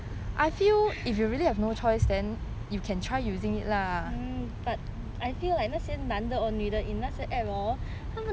but I feel like 那些男的 or 女的 in 那些 app hor 他